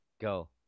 Go